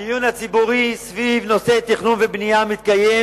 הדיון הציבורי סביב נושא התכנון והבנייה מתקיים